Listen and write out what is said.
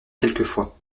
quelquefois